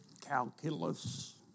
calculus